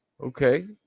Okay